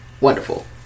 Wonderful